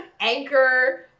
Anchor